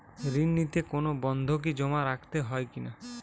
ঋণ নিতে কোনো বন্ধকি জমা রাখতে হয় কিনা?